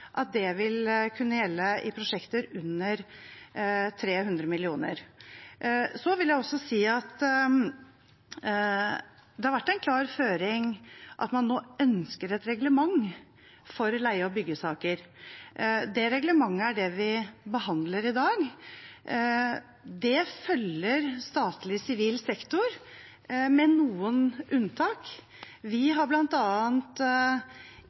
dette også vil kunne gjelde i prosjekter under 300 mill. kr. Det har vært en klar føring at man nå ønsker et reglement for bygge- og leiesaker, og det reglementet er det vi behandler i dag. Det følger statlig sivil sektor, med noen unntak.